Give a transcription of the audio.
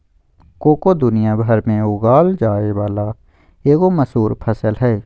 cocoa दुनिया भर में उगाल जाय वला एगो मशहूर फसल हइ